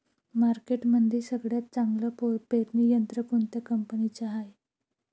मार्केटमंदी सगळ्यात चांगलं पेरणी यंत्र कोनत्या कंपनीचं हाये?